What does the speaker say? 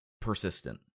persistent